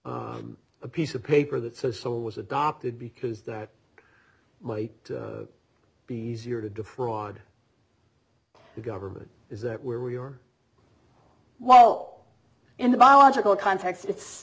trust a piece of paper that says sol was adopted because that might be easier to defraud the government is that where we are well in the biological context it's